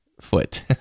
foot